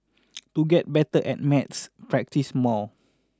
to get better at maths practice more